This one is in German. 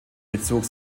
bezog